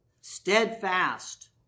steadfast